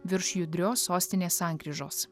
virš judrios sostinės sankryžos